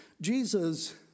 Jesus